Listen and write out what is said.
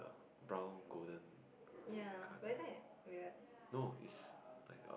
brown golden colour no it's like